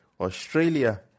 Australia